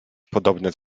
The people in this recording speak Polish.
podobne